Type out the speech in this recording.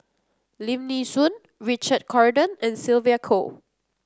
Lim Nee Soon Richard Corridon and Sylvia Kho